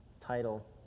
title